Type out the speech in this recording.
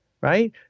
right